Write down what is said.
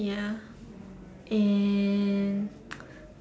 ya and